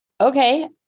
Okay